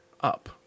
up